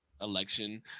election